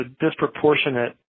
disproportionate